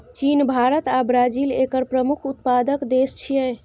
चीन, भारत आ ब्राजील एकर प्रमुख उत्पादक देश छियै